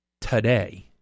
today